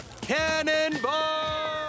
Cannonball